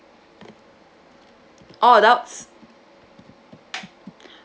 all adults